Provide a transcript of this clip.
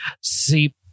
See